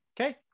Okay